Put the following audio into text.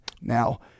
Now –